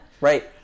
right